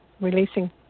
releasing